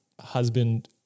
husband